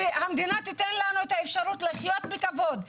שהמדינה תתן לנו את האפשרות לחיות בכבוד,